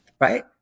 Right